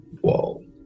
whoa